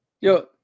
Yo